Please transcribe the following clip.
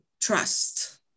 trust